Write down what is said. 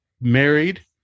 married